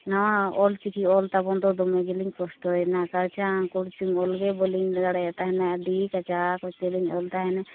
ᱱᱟᱣᱟ ᱚᱞ ᱪᱤᱠᱤ ᱚᱞ ᱛᱟᱵᱚᱱ ᱫᱚ ᱫᱚᱢᱮ ᱜᱮᱞᱤᱧ ᱠᱚᱥᱴᱚᱭᱮᱱᱟ ᱠᱟᱬᱟᱪᱟᱝ ᱠᱩᱲᱪᱩᱝ ᱚᱞᱜᱮ ᱵᱟᱹᱞᱤᱧ ᱫᱟᱲᱮᱭᱟᱜ ᱛᱟᱦᱮᱱᱟ ᱟᱹᱰᱤ ᱠᱟᱸᱪᱟ ᱠᱚᱪᱮ ᱞᱤᱧ ᱚᱞ ᱛᱟᱦᱮᱱᱟ